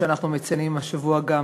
מי שאנחנו מציינים השבוע גם